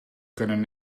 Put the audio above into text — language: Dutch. kunnen